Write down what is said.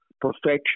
perfection